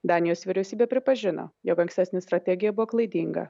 danijos vyriausybė pripažino jog ankstesnė strategija buvo klaidinga